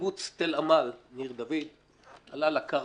קיבוץ תל עמל-ניר דוד עלה לקרקע.